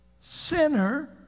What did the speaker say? sinner